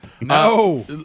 No